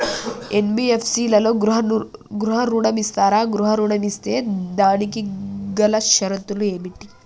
NBFC లలో గృహ ఋణం ఇస్తరా? గృహ ఋణం ఇస్తే దానికి గల షరతులు ఏమిటి?